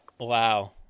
Wow